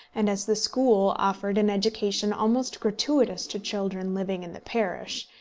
and as the school offered an education almost gratuitous to children living in the parish,